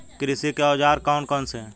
कृषि के औजार कौन कौन से हैं?